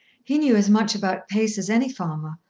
he knew as much about pace as any farmer,